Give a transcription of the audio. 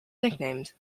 nicknamed